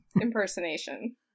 impersonation